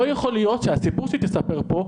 לא יכול להיות שהסיפור שהיא מספרת פה,